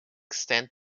extend